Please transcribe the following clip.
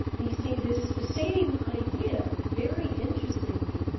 we see this same idea, very interestingly,